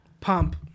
pump